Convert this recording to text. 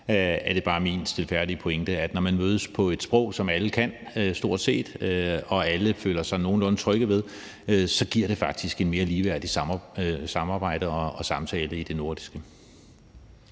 er det bare min stilfærdige pointe, at når man mødes på et sprog, som alle stort set kan, og som alle føler sig nogenlunde trygge ved, giver det faktisk et mere ligeværdigt samarbejde og en mere ligeværdig